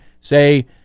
say